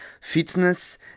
fitness